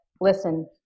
Listen